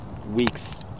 weeks